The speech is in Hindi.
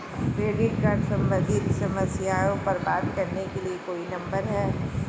क्रेडिट कार्ड सम्बंधित समस्याओं पर बात करने के लिए कोई नंबर है?